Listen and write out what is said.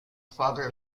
father